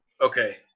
Okay